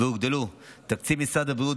הוגדל תקציב משרד הבריאות